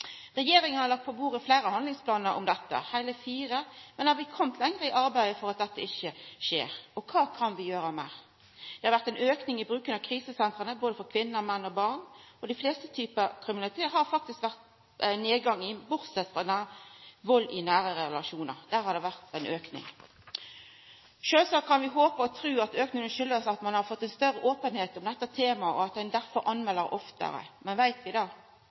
Regjeringa har lagt på bordet fleire handlingsplanar om dette – heile fire – men er vi komne lenger i arbeidet med at dette ikkje skjer? Og kva kan vi gjera meir? Det har vore ein auke i bruken av krisesentra, både for kvinner, menn og barn. Og dei fleste typar kriminalitet har det faktisk vore ein nedgang i, bortsett frå vald i nære relasjonar – der har det vore ein auke. Sjølvsagt kan vi håpa og tru at auken kjem av at ein har fått større openheit om dette temaet, og at ein derfor melder oftare. Men veit vi